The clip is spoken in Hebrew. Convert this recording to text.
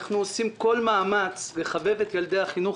אנחנו עושים כל מאמץ לחבב את ילדי החינוך